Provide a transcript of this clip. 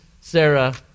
Sarah